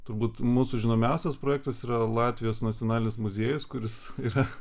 turbūt mūsų žinomiausias projektas yra latvijos nacionalinis muziejus kuris yra